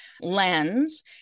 lens